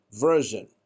version